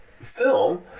film